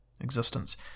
existence